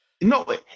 no